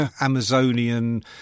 Amazonian